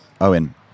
Owen